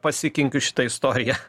pasikinkius šitą istoriją